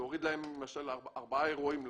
זה הוריד להם ארבעה אירועים למעשה.